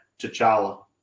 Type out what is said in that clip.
t'challa